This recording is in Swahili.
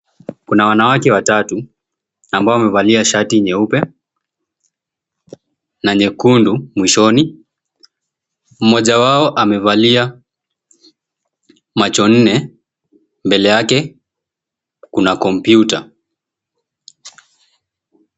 Kuna wanawake watatu, ambao wamevalia shati nyeupe na nyekundu mwishoni. Mmoja wao amevalia macho nne mbele yake, kuna kompyuta.